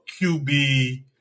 QB